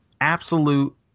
absolute